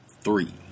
three